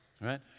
Right